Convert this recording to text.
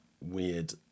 weird